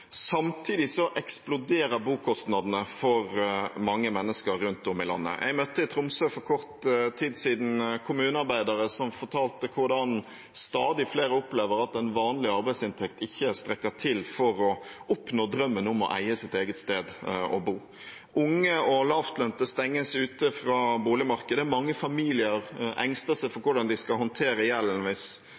Samtidig eksploderer bokostnadene for mange mennesker rundt om i landet. For kort tid siden møtte jeg i Tromsø kommunearbeidere som fortalte hvordan stadig flere opplever at en vanlig arbeidsinntekt ikke strekker til for å oppnå drømmen om å eie sitt eget sted å bo. Unge og lavtlønte stenges ute fra boligmarkedet, og mange familier engster seg for hvordan de skal håndtere